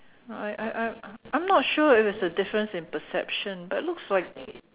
I I I'm not sure if it's a difference in perception but it looks like